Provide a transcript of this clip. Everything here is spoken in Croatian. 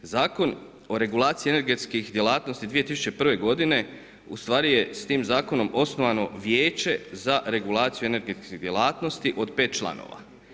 Zakon o regulaciji energetskih djelatnosti 2001. godine ustvari je s tim Zakonom osnovano Vijeće za regulaciju energetskih djelatnosti od 5 članova.